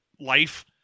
life